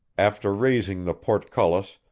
after raising the portcullis,